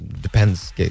depends